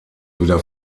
wieder